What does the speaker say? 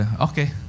okay